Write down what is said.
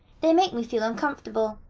they make me feel uncomfortable.